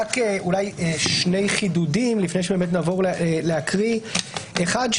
אלא רק שני חידודים לפני שנעבור להקריא: אחד,